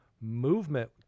movement